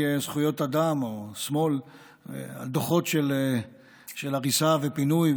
זכויות אדם או שמאל על דוחות של הריסה ופינוי.